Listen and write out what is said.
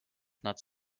nad